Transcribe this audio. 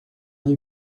you